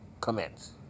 commence